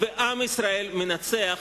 ועם ישראל מנצח,